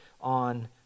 on